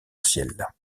ciel